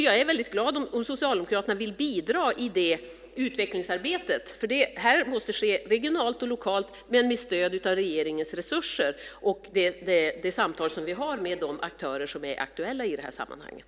Jag är väldigt glad om Socialdemokraterna vill bidra i det utvecklingsarbetet. Det här måste ske regionalt och lokalt men med stöd av regeringens resurser och de samtal som vi har med de aktörer som är aktuella i det här sammanhanget.